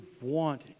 want